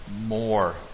more